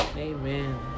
Amen